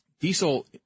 Diesel